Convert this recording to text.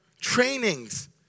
trainings